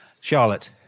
Charlotte